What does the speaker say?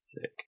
Sick